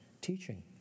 teaching